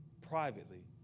privately